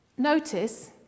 notice